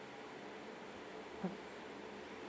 mm